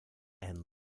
and